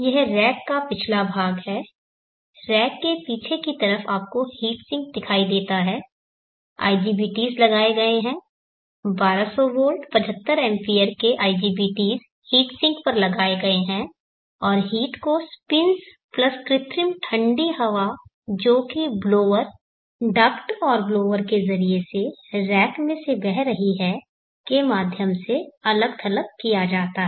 यह रैक का पिछला भाग है रैक के पीछे की तरफ आपको हीट सिंक दिखाई देता है IGBTs लगाए गए है 1200 V 75 A के IGBT's हीट सिंक पर लगाए गए हैं और हीट को स्पिंस प्लस कृत्रिम ठंडी हवा जो की ब्लोअर डक्ट और ब्लोअर के ज़रिये से रैक में से बह रही है के माध्यम से अलग थलग किया जाता है